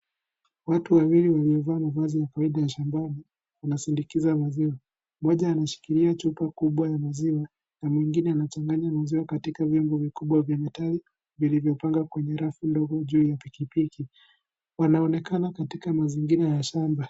Watu wawili wamevaa mavazi ya kuenda shambani, wanasindikiza maziwa, mmoja anashikilia chupa kubwa ya maziwa na mwingine anachanganya maziwa katika vyombo vikubwa vya matawi vilivyopangwa kwenye rafu ndogo juu ya pikipiki, wanaonekana katika mazingira ya shamba.